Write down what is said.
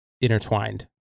intertwined